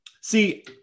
See